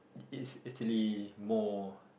is Italy more